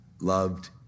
loved